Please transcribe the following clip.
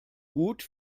gut